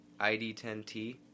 ID10T